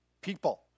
people